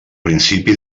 principi